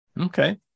Okay